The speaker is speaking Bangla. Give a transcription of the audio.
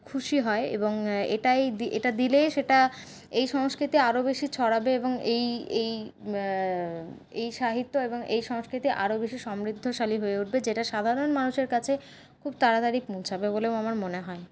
খুশি হয় এবং এটাই এটা দিলে সেটা এই সংস্কৃতি আরও বেশী ছড়াবে এবং এই এই এই সাহিত্য এবং এই সংস্কৃতি আরও বেশী সমৃদ্ধশালী হয়ে উঠবে যেটা সাধারণ মানুষের কাছে খুব তাড়াতাড়ি পৌঁছবে বলেও আমার মনে হয়